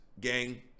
gang